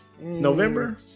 November